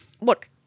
Look